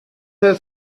her